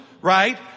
right